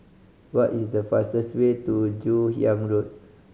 what is the fastest way to Joon Hiang Road